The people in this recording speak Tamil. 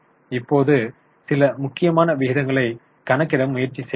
இப்போது சில முக்கியமான விகிதங்களை கணக்கிட முயற்சி செய்யலாம்